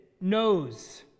knows